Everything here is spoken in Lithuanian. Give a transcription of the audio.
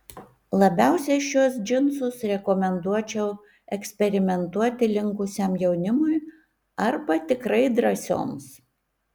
labiausiai šiuos džinsus rekomenduočiau eksperimentuoti linkusiam jaunimui arba tikrai drąsioms